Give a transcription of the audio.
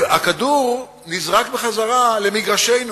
והכדור נזרק בחזרה למגרשנו,